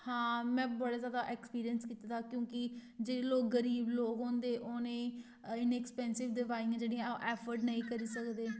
हां में बड़ा ज्यादा ऐक्सपीरियंस कीते दा क्योंकि जेह्ड़े लोक गरीब लोक होंदे उ'नेंई इन्नी ऐक्सपैनसिव दवाइयां जेह्ड़ियां ऐफर्ड नेईं करी सकदे